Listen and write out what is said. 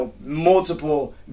multiple